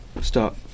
start